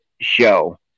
show